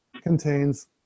contains